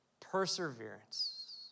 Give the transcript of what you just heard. perseverance